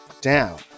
down